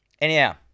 Anyhow